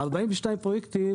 העלות של 42 הפרויקטים,